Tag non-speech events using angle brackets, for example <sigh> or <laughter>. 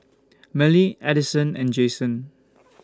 Mellie Addyson and Jayson <noise>